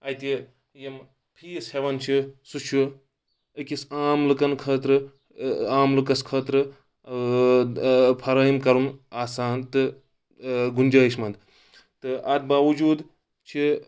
اَتہِ یِم فیٖس ہؠوان چھِ سُہ چھُ أکِس عام لُکن خٲطرٕ عام لُکس خٲطرٕ فرٲہم کرُن آسان تہٕ گُنجٲیِس منٛد تہٕ اتھ باوجوٗد چھِ